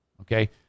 Okay